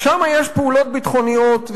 ושם יש פעולות ביטחוניות,